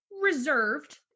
reserved